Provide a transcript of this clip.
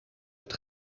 het